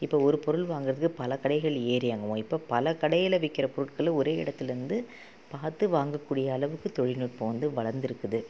இப்போ ஒரு பொருள் வாங்கிறதுக்கு பல கடைகள் ஏறி இறங்குவோம் இப்போ பல கடைகளில் விற்கிற பொருட்கள் ஒரே இடத்துல இருந்து பார்த்து வாங்க கூடிய அளவுக்கு தொழில் நுட்பம் வந்து வளர்ந்து இருக்குது